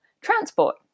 transport